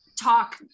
talk